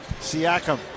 Siakam